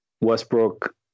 Westbrook